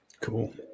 Cool